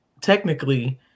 technically